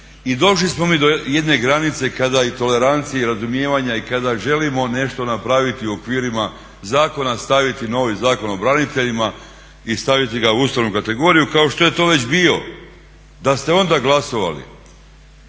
I došli smo mi do jedne granice kada i tolerancija i razumijevanja i kada želimo nešto napraviti u okvirima zakona, staviti novi Zakon o braniteljima i staviti ga u ustavnu kategoriju kao što je to već bio. Da ste onda glasovali